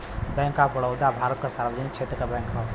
bank of Baroda Bharat क सार्वजनिक क्षेत्र क बैंक हौ